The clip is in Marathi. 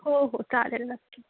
हो हो चालेल नक्की